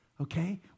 Okay